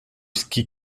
ski